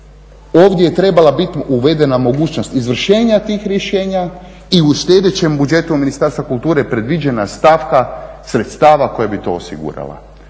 Ovdje je trebala biti uvedena mogućnost izvršenja tih rješenja i u sljedećem budžetu Ministarstva kulture predviđena stavka sredstava koja bi to osigurala.